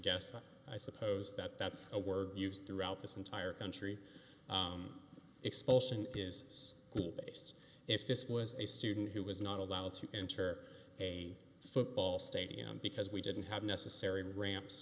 guess i suppose that that's a word used throughout this entire country expulsion is based if this was a student who was not allowed to enter a football stadium because we didn't have necessary ramps